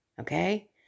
okay